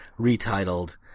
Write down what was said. retitled